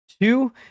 two